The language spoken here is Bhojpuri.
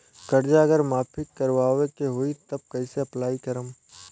कर्जा अगर माफी करवावे के होई तब कैसे अप्लाई करम?